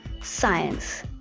Science